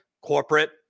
corporate